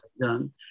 done